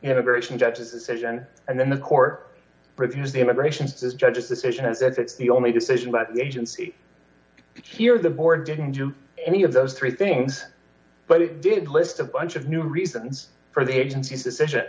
immigration judges decision and then the court reviews the immigrations judge's decision as if it's the only decision that the agency here the board didn't do any of those three things but it did list of bunch of new reasons for the agency's decision